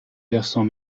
versant